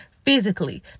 Physically